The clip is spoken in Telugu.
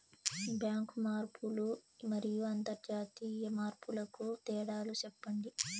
బ్యాంకు మార్పులు మరియు అంతర్జాతీయ మార్పుల కు తేడాలు సెప్పండి?